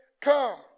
come